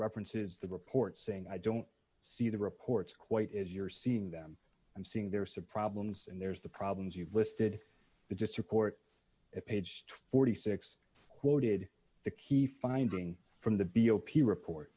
references the report saying i don't see the report's quite as you're seeing them i'm seeing they're subproblems and there's the problems you've listed but just report it page forty six quoted the key finding from the b o p report